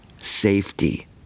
safety